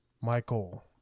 Michael